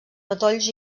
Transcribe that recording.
matolls